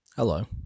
Hello